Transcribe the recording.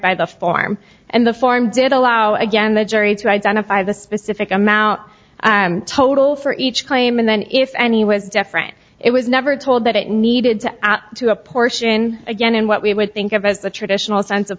by the form and the form did allow again the jury to identify the specific amount total for each claim and then if any was different it was never told that it needed to apportion again and what we would think of as the traditional sense of